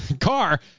car